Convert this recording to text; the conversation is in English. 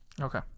Okay